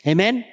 Amen